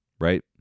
right